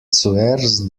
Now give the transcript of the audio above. zuerst